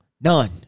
None